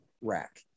rack